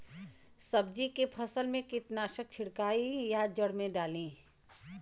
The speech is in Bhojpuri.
सब्जी के फसल मे कीटनाशक छिड़काई या जड़ मे डाली?